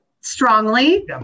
strongly